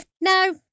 no